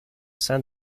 sein